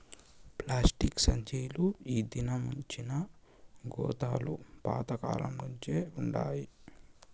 plastic సంచీలు ఈ దినమొచ్చినా గోతాలు పాత కాలంనుంచే వుండాయి